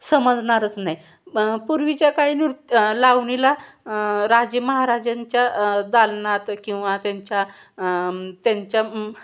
समजणारच नाही पूर्वीच्या काही नृत् लावणीला राजे महाराजांच्या दालनात किंवा त्यांच्या त्यांच्या